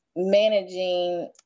managing